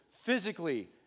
physically